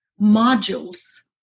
modules